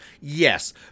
Yes